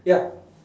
ya